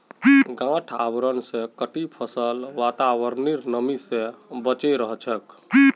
गांठ आवरण स कटी फसल वातावरनेर नमी स बचे रह छेक